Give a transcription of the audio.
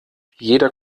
jeder